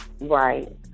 Right